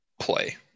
play